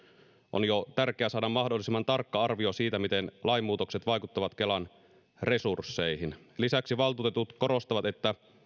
on tärkeää saada mahdollisimman tarkka arvio siitä miten lainmuutokset vaikuttavat kelan resursseihin lisäksi valtuutetut korostavat että